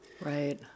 Right